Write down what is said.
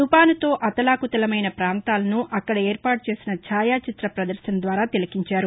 తుపానుతో అతలాకుతలమైన పాంతాలను అక్కడ ఏర్పాటు చేసిన ఛాయా చిత్ర పదర్శన ద్వారా తిలకించారు